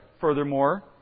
furthermore